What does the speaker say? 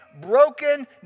broken